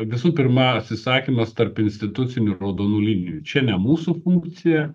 visų pirma atsisakymas tarpinstitucinių raudonų linijų čia ne mūsų funkcija